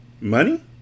Money